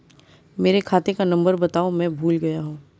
मेरे खाते का नंबर बताओ मैं भूल गया हूं